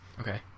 Okay